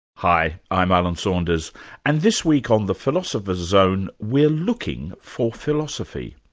hi, i'm alan saunders and this week on the philosopher's zone, we're looking for philosophy.